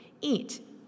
Eat